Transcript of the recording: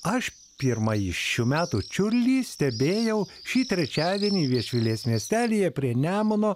aš pirmąjį šių metų čiurlį stebėjau šį trečiadienį viešvilės miestelyje prie nemuno